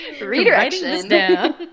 Redirection